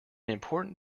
important